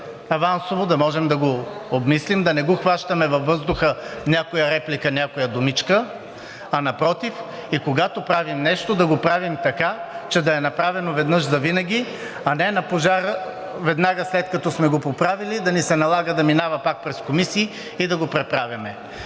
авансово, да можем да го обмислим, да не го хващаме във въздуха – някоя реплика, някоя думичка, а напротив, когато правим нещо, да го правим така, че да е направено веднъж завинаги, а не на пожар веднага след като сме го поправили, да ни се налага да минава пак през комисии и да го преправяме.